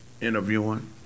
interviewing